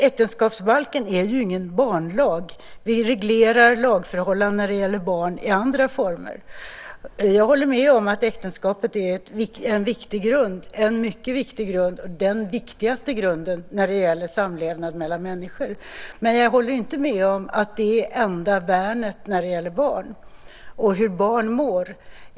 Äktenskapsbalken är ju ingen barnlag. Lagförhållanden angående barn regleras i andra former. Jag håller med om att äktenskapet är den viktigaste formen för samlevnad mellan människor. Men jag håller inte med om att det är det enda värnet om barn och hur barn mår.